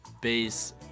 base